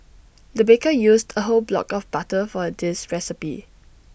the baker used A whole block of butter for this recipe